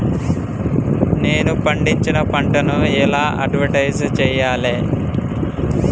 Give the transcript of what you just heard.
నేను పండించిన పంటను ఎలా అడ్వటైస్ చెయ్యాలే?